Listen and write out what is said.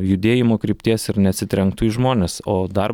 judėjimo krypties ir neatsitrenktų į žmones o dar